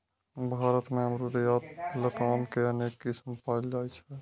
भारत मे अमरूद या लताम के अनेक किस्म पाएल जाइ छै